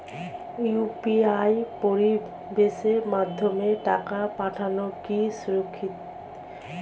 UPI পরিষেবার মাধ্যমে টাকা পাঠানো কি সুরক্ষিত?